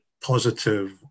positive